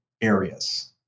areas